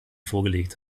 vorgelegt